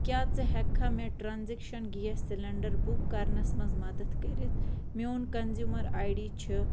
کیٛاہ ژٕ ہیٚکہِ کھا مےٚ ٹرٛانزیٚکشَن گیس سِلیٚنٛڈَر بُک کرنَس منٛز مدد کٔرِتھ میٛون کَنزیٛومَر آے ڈی چھُ